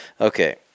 Okay